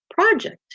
project